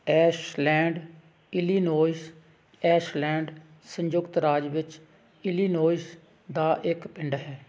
Ashland Illinois Ashland ਸੰਯੁਕਤ ਰਾਜ ਵਿੱਚ ਇਲੀਨੋਇਸ ਦਾ ਇੱਕ ਪਿੰਡ ਹੈ